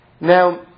Now